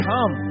Come